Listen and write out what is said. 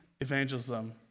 evangelism